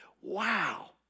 wow